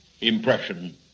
impression